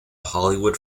hollywood